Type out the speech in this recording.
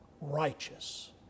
righteous